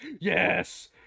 Yes